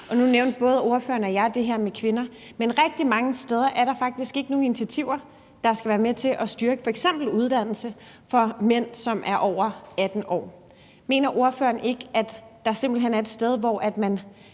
nu nævnte både ordføreren og jeg det her med kvinder – men rigtig mange steder er der faktisk ikke nogen initiativer, der skal være med til at styrke f.eks. uddannelse for mænd, som er over 18 år. Mener ordføreren ikke, at der simpelt hen er et sted, hvor man